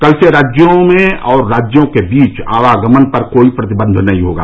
कल से राज्यों में और राज्यों के बीच आवागमन पर कोई प्रतिबन्ध नहीं होगा